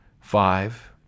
five